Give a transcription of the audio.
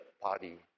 party